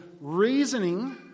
reasoning